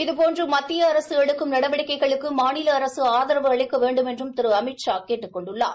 இதுபோன்று மத்திய அரசு அளடுக்கும் நடவடிக்கைகளுக்கு மாநில அரசு அஆதரவு அளிக்க வேண்டுமென்றும் திரு அமித்ஷா கேட்டுக் கொண்டுள்ளார்